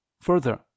further